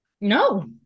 no